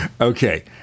Okay